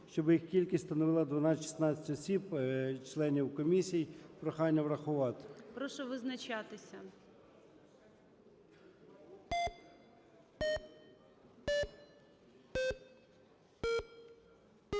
щоб їх кількість становила 12-16 осіб членів комісій. Прохання врахувати. ГОЛОВУЮЧИЙ. Прошу визначатися.